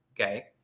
Okay